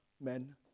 men